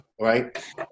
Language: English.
right